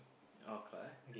okay